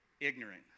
ignorant